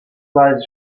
lies